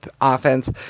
offense